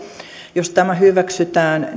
jos tämä hyväksytään